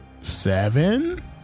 Seven